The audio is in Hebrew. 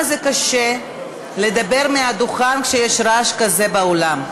זה קשה לדבר מהדוכן כשיש רעש כזה באולם.